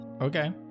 Okay